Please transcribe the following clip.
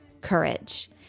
courage